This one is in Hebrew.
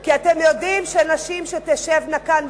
כי אתם יודעים שנשים שתשבנה כאן,